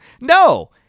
No